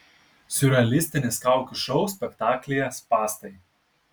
siurrealistinis kaukių šou spektaklyje spąstai